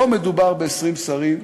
לא מדובר ב-20 שרים,